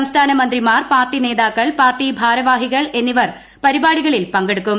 സംസ്ഥാന മന്ത്രിമാർ പാർട്ടി നേതാക്കൾ പാർട്ടി ഭാരവാഹികൾ എന്നിവർ പരിപാടികളിൽ പങ്കെടുക്കും